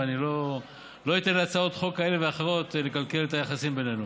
ואני לא אתן להצעות חוק כאלה ואחרות לקלקל את היחסים בינינו.